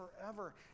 forever